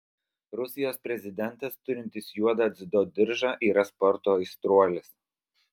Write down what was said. rusijos prezidentas turintis juodą dziudo diržą yra sporto aistruolis